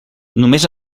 només